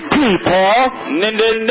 people